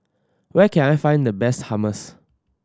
where can I find the best Hummus